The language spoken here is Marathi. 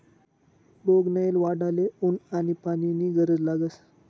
बोगनयेल वाढाले ऊन आनी पानी नी गरज लागस